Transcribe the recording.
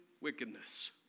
wickedness